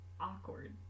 Awkward